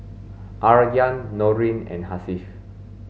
Aryan Nurin and Hasif